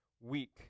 weak